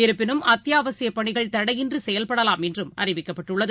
இருப்பினும் அத்தியாவசியபணிகள் தடையின்றிசெயல்படலாம் என்றும் அறிவிக்கப்பட்டுள்ளது